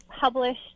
published